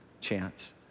chance